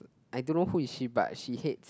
I don't know who is she but she hates